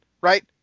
Right